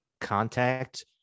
contact